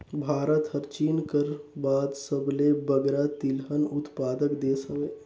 भारत हर चीन कर बाद सबले बगरा तिलहन उत्पादक देस हवे